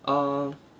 err